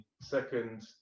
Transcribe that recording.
Second